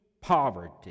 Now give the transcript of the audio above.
poverty